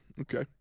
okay